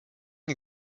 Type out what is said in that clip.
des